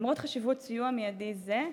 למרות החשיבות של סיוע מיידי זה,